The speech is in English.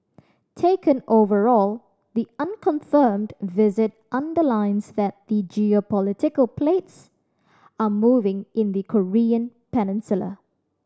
taken overall the unconfirmed visit underlines that the geopolitical plates are moving in the Korean Peninsula